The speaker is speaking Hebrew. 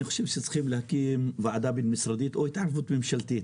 אני חושב שצריך להקים וועדה בין משרדית או התאחדות ממשלתית.